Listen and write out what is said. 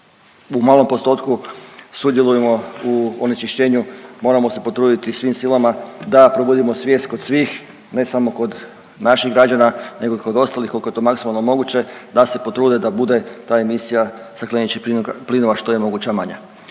u malom postotku sudjelujemo u onečišćenju, moramo se potruditi svim silama da probudimo svijest kod svih, ne samo kod naših građana, nego i kod ostalih koliko je to maksimalno moguće, da se potrude da bude ta emisija stakleničkih plinova što je moguća manja,